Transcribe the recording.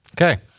Okay